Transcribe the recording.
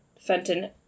Fenton